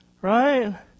Right